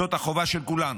זאת החובה של כולנו.